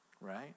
right